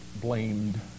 blamed